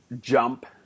jump